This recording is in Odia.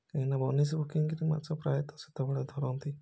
କାହିଁକିନା ବନଁଶୀ ପକେଇ କିରି ମାଛ ପ୍ରାୟତଃ ସେତେବେଳେ ଧରନ୍ତି